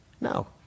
No